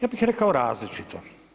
Ja bih rekao različito.